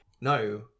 No